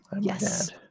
Yes